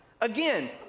again